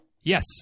Yes